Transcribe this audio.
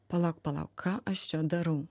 palauk palauk ką aš čia darau